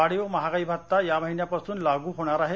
वाढीव महागाई भत्ता या महिन्यापासून लागू होणार आहे